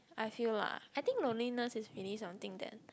I feel lah I think loneliness is really something that